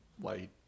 white